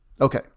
Okay